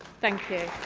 thank you.